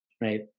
right